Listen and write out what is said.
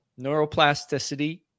neuroplasticity